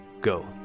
Go